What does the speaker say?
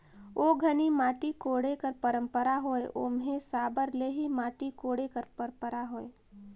ओ घनी माटी कोड़े कर पंरपरा होए ओम्हे साबर ले ही माटी कोड़े कर परपरा होए